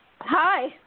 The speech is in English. Hi